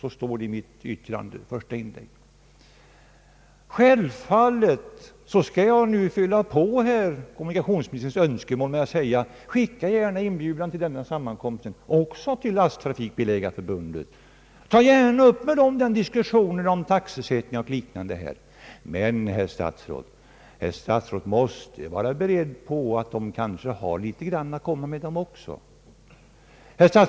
Så sade jag i mitt första inlägg. Självfallet kan jag nu uppfylla kommunikationsministerns önskemål genom att säga: Skicka gärna inbjudan till denna sammankomst också till Svenska lasttrafikbilägareförbundet. Tag gärna upp med detta förbund diskussionen om taxesättning och liknande. Men herr statsrådet måste vara beredd på att man kanske har litet att komma med också från det hållet.